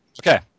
Okay